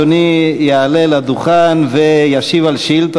אדוני יעלה לדוכן וישיב על שאילתה